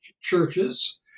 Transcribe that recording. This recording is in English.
churches